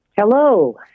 Hello